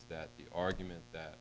is that the argument that